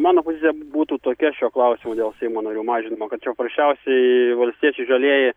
mano pozicija būtų tokia šiuo klausimu dėl seimo narių mažinimo kad čia paprasčiausiai valstiečiai žalieji